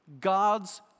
God's